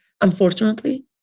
unfortunately